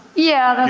yeah, that's